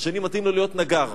השני מתאים לו להיות נגר.